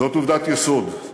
זאת עובדת יסוד,